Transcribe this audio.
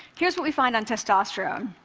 here's what we find on testosterone.